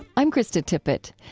i'm krista tippett.